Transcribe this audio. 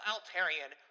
Altarian